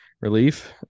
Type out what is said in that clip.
relief